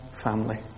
family